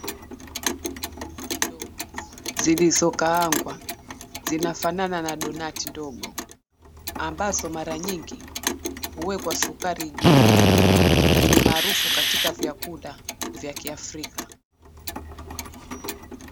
Ndogo, zilizokaangwa zinafanana na donati ndogo ambazo mara nyingi huwekwa sukari juu na ni maarufu katika vyakula vya Kiafrika.